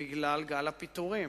בגלל גל הפיטורים.